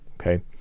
Okay